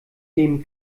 dem